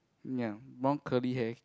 ya one curly hair